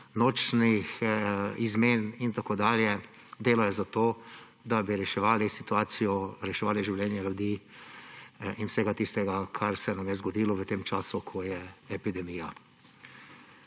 nočnih izmenah in tako dalje delajo za to, da bi reševali situacijo, reševali življenja ljudi in vse tisto, kar se nam je zgodilo v tem času, ko je epidemija.